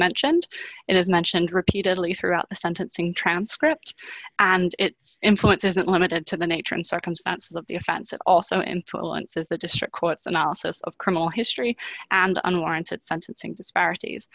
mentioned it is mentioned repeatedly throughout the sentencing transcript and its influence isn't limited to the nature and circumstances of the offense and also into allowances the district courts analysis of criminal history and unwarranted sentencing disparities